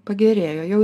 pagerėjo jau